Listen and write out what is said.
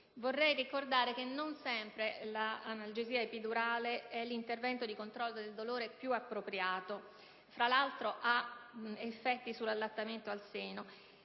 Vorrei ricordare che non sempre l'analgesia epidurale è l'intervento di controllo del dolore più appropriato. Fra l'altro, ha effetti sull'allattamento al seno.